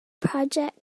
project